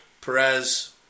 Perez